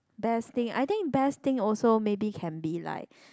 best thing I think best thing also maybe can be like